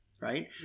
Right